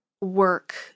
work